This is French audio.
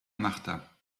marta